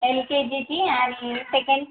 L K जीची आणि second